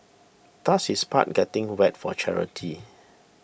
does his part getting wet for charity